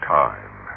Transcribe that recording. time